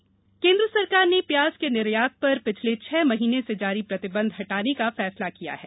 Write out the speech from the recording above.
प्याज केन्द्र सरकार ने प्याज के निर्यात पर पिछले छह महीने से जारी प्रतिबंध हटाने का फैसला किया है